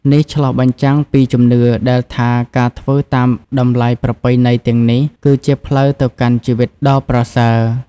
នេះឆ្លុះបញ្ចាំងពីជំនឿដែលថា ការធ្វើតាមតម្លៃប្រពៃណីទាំងនេះ គឺជាផ្លូវទៅកាន់ជីវិតដ៏ប្រសើរ។